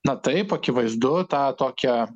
na taip akivaizdu tą tokią